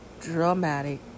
dramatic